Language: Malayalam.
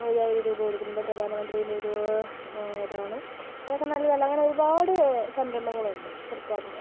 അയ്യായിരം രൂപ കൊടുക്കുന്നുണ്ട് പ്രധാന മന്ത്രിൻ്റെ ഒരു ഇതാണ് അതൊക്കെ നല്ലതാണ് അങ്ങനെ ഒരുപാട് സംരംഭങ്ങളുണ്ട് സർക്കാരിൻ്റെ